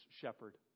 shepherd